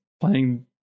playing